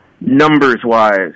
numbers-wise